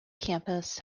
campus